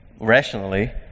rationally